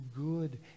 good